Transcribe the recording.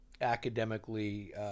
academically